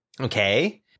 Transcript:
okay